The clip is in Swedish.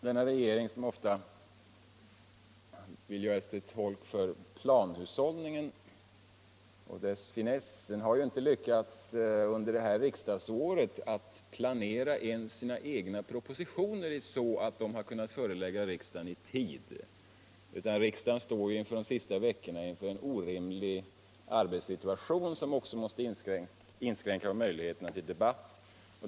Denna regering, som ofta vill göra sig till tolk för planhushållningen och dess finess, har ju under det här riksdagsåret inte ens lyckats planera sina egna propositioner så att de kunnat föreläggas riksdagen i tid, utan riksdagen står under de närmaste veckorna inför en orimlig arbetssituation, som också måste inskränka möjligheterna till debatt.